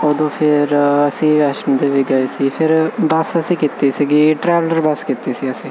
ਉਦੋਂ ਫਿਰ ਅਸੀਂ ਰਸਮ 'ਤੇ ਵੀ ਗਏ ਸੀ ਫਿਰ ਬੱਸ ਅਸੀਂ ਕੀਤੀ ਸੀਗੀ ਟਰੈਵਲਰ ਬਸ ਕੀਤੀ ਸੀ ਅਸੀਂ